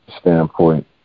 standpoint